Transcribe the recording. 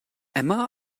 emma